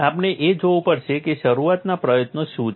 આપણે એ જોવું પડશે કે શરૂઆતના પ્રયત્નો શું છે